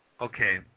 Okay